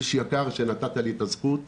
איש יקר, שנתת לי את הזכות.